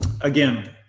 again